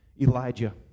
Elijah